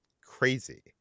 crazy